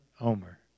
Omer